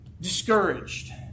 discouraged